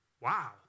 Wow